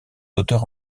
auteurs